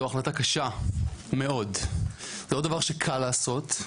זו החלטה קשה מאוד, זה לא מצב שקל לעשות,